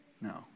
No